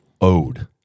owed